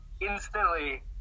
instantly